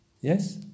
Yes